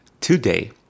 today